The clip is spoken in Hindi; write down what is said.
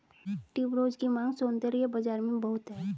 ट्यूबरोज की मांग सौंदर्य बाज़ार में बहुत है